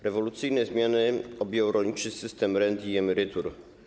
Rewolucyjne zmiany objęły rolniczy system rent i emerytur.